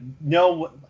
no